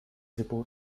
report